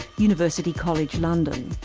university college, london.